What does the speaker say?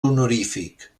honorífic